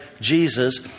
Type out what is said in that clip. Jesus